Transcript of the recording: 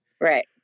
Right